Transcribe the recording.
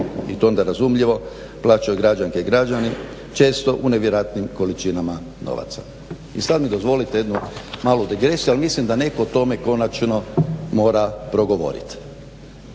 i to onda razumljivo plaćaju građanke i građani često u nevjerojatnim količinama novaca. I sada mi dozvolite jednu malu digresiju ali mislim da netko o tome konačno mora progovoriti.